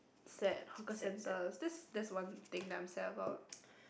sad hawker centres that's that's one thing I'm sad about